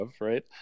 right